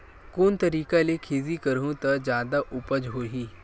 कोन तरीका ले खेती करहु त जादा उपज होही?